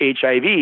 HIV